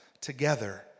Together